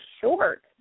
short